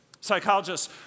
Psychologists